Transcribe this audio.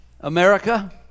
america